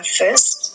first